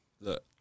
look